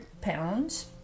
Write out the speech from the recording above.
pounds